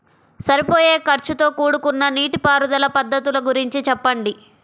సరిపోయే ఖర్చుతో కూడుకున్న నీటిపారుదల పద్ధతుల గురించి చెప్పండి?